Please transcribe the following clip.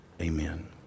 Amen